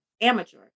Amateur